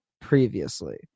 previously